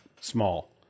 small